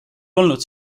olnud